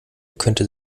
könnte